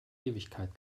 ewigkeit